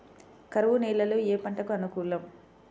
కరువు నేలలో ఏ పంటకు అనుకూలం?